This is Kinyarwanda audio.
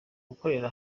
gukorera